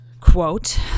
quote